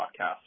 podcast